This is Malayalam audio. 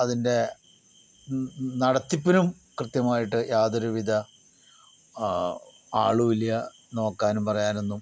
അതിൻ്റെ നടത്തിപ്പിനും കൃത്യമായിട്ട് യാതൊരു വിധ ആളുമില്ല നോക്കാനും പറയാനുമൊന്നും